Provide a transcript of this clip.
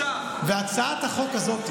והצעת החוק הזאת,